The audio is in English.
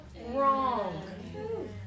wrong